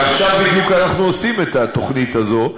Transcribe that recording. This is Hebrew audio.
ועכשיו בדיוק אנחנו עושים את התוכנית הזאת.